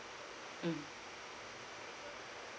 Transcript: mm